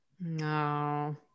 No